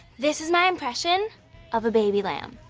this is my impression of a baby lamb.